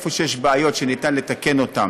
איפה שיש בעיות שניתן לתקן אותן